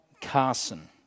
Carson